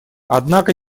однако